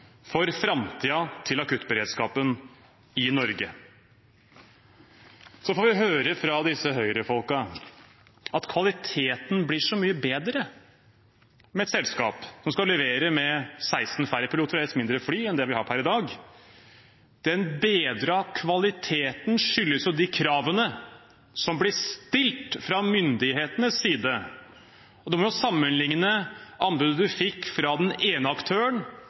for framtiden til akuttberedskapen i Norge. Så får vi høre fra disse Høyre-folkene at kvaliteten blir så mye bedre med et selskap som skal levere med 16 færre piloter og ett fly mindre enn det vi har per i dag. Den bedrede kvaliteten skyldes jo de kravene som ble stilt fra myndighetenes side, og man må jo sammenligne anbudet man fikk fra den ene aktøren